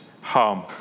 harm